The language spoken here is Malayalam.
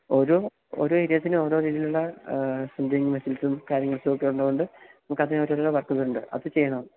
ഓരോ ഓരോ ഏര്യാസിനും ഓരോ രീതിയിലുള്ള സങ്കിങ് മസിൽസ്സും കഡ്യോക്കെ ഉള്ളത് കൊണ്ട് നമുക്ക് അതിനായിട്ടുള്ള വർക്ക്കളുണ്ട് അത് ചെയ്യണം